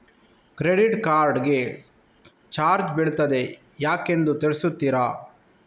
Credit card ಗೆ charge ಬೀಳ್ತಿದೆ ಯಾಕೆಂದು ತಿಳಿಸುತ್ತೀರಾ?